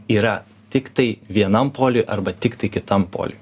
yra tiktai vienam poliuj arba tiktai kitam poliuj